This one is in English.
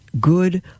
good